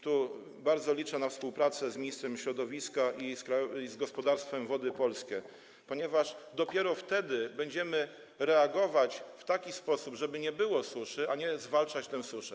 Tu bardzo liczę na współpracę z ministrem środowiska i z gospodarstwem Wody Polskie, ponieważ dopiero wtedy będziemy reagować w taki sposób, żeby nie było suszy, a nie żeby zwalczać tę suszę.